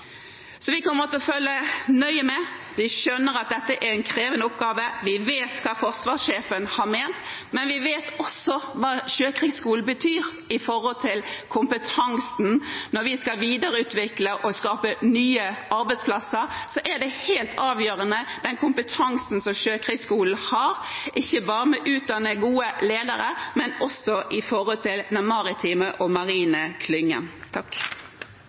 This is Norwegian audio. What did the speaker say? Vi kommer til å følge nøye med. Vi skjønner at dette er en krevende oppgave. Vi vet hva forsvarssjefen har ment. Men vi vet også hva Sjøkrigsskolen betyr for kompetansen. Når vi skal videreutvikle og skape nye arbeidsplasser, er den kompetansen som Sjøkrigsskolen har, helt avgjørende, ikke bare for å utdanne gode ledere, men også for den maritime og marine klyngen.